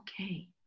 okay